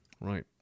Right